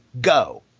Go